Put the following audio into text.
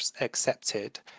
accepted